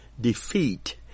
defeat